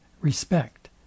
respect